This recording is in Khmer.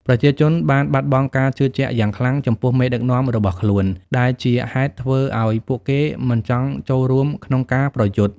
ប្រជាជនបានបាត់បង់ការជឿជាក់យ៉ាងខ្លាំងចំពោះមេដឹកនាំរបស់ខ្លួន ដែលជាហេតុធ្វើឲ្យពួកគេមិនចង់ចូលរួមក្នុងការប្រយុទ្ធ។